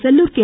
Sellur K